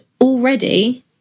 already